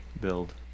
build